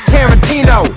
Tarantino